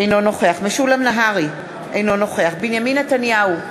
אינו נוכח משולם נהרי, אינו נוכח בנימין נתניהו,